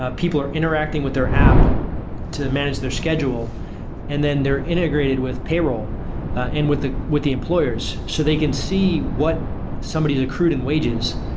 ah people are interacting with their app to manage their schedule and then they're integrated with payroll with the with the employers, so they can see what somebody's accrued in wages.